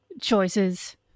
choices